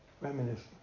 Reminiscing